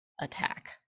attack